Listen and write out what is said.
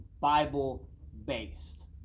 Bible-based